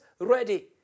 ready